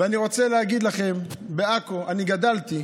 אני רוצה להגיד לכם, בעכו אני גדלתי.